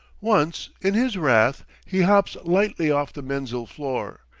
once, in his wrath, he hops lightly off the menzil floor,